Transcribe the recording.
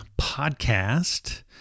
Podcast